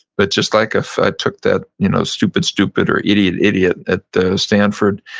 but just like if i took that, you know, stupid stupid or idiot idiot at the stanford,